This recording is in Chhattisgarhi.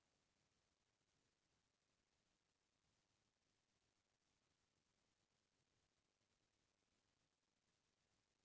आज के जम्मो खेती किसानी के काम बूता ल कइबे, ओकर मिंसाई कुटई सब बर नावा नावा मसीन आ गए हे